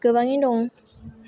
गोबाङैनो दं